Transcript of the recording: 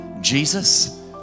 Jesus